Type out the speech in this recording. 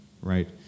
right